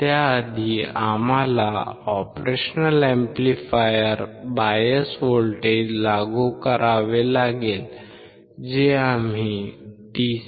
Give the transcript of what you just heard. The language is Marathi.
त्याआधी आम्हाला ऑपरेशनल अॅम्प्लिफायरवर बायस व्होल्टेज लागू करावे लागेल जे आम्ही डीसी D